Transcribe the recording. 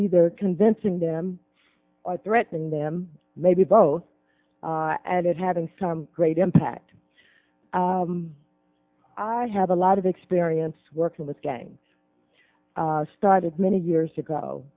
either convincing them or threatening them maybe both and it having some great impact i have a lot of experience working with gang started many years ago